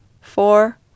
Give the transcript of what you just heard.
four